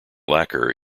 lacquer